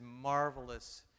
marvelous